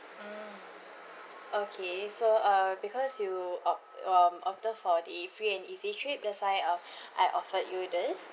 mm okay so uh because you opt~ um opted for the free and easy trip that's why uh I offered you this